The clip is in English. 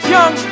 Young